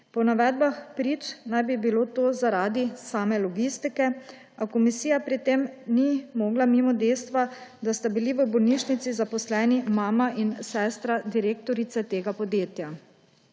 Po navedbah prič naj bi bilo to zaradi same logistike, a komisija pri tem ni mogla mimo dejstva, da sta bili v bolnišnici zaposleni mama in sestra direktorice tega podjetja.